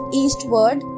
eastward